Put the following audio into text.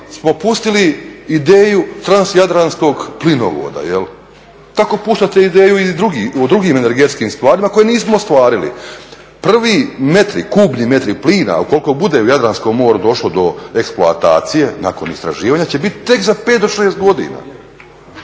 smo pustili ideju transjadranskog plinovoda. Tako puštate ideju i u drugim energetskim stvarima koje nismo ostvarili. Prvi metri, kubni metri plina ukoliko bude u Jadranskom moru došlo do eksploatacije nakon istraživanja će bit tek za 5 do 6 godina.